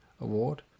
Award